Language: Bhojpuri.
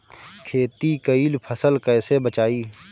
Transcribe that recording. खेती कईल फसल कैसे बचाई?